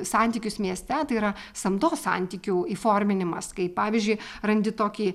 santykius mieste tai yra samdos santykių įforminimas kai pavyzdžiui randi tokį